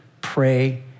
pray